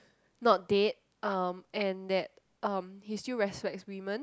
not dead um and that um he still respects women